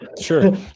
Sure